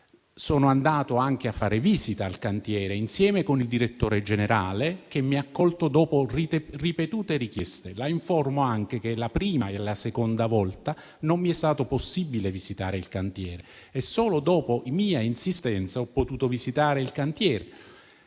Sono andato anche a fare visita al cantiere, insieme con il direttore generale, che mi ha accolto dopo ripetute richieste. La informo anche che la prima e la seconda volta non mi è stato possibile visitare il cantiere; solo dopo mia insistenza, ho potuto visitarlo.